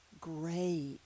great